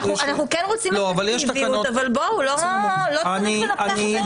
אנחנו כן רוצים, אבל בואו, לא צריך לנפח את זה.